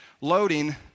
loading